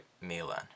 Milan